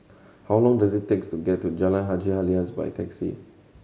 how long does it take to get to Jalan Haji Alias by taxi